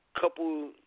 couple